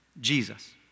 Jesus